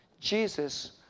Jesus